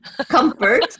Comfort